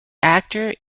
actor